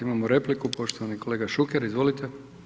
Imamo repliku, poštovani kolega Šuker, izvolite.